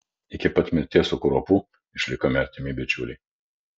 iki pat mirties su kruopu išlikome artimi bičiuliai